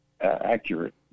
accurate